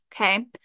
Okay